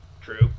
True